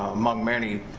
among many,